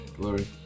Glory